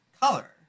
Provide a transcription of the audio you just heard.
color